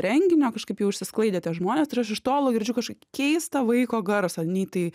renginio kažkaip jau išsisklaidė tie žmonės iš tolo girdžiu kažkokį keistą vaiko garsą nei tai